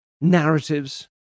narratives